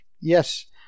yes